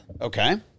Okay